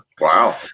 Wow